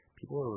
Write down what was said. people